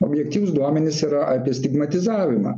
objektyvūs duomenys yra apie stigmatizavimą